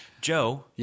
Joe